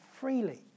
freely